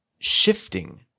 Shifting